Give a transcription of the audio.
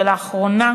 ולאחרונה,